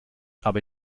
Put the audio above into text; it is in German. aber